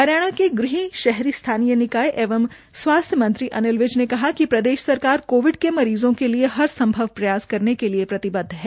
हरियाणा के ग़ह शहरी स्थानीय निकाय एवं स्वास्थ्य मंत्री अनिल विज ने कहा कि प्रदेश सरकार कोविड के मरीज़ों के लिए हर संभव प्रयास करने के लिए प्रतिबद्ध है